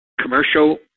commercial